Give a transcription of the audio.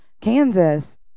Kansas